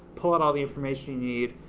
pull out all the information you need,